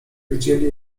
widzieli